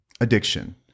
addiction